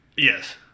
Yes